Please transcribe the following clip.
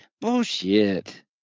Bullshit